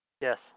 Yes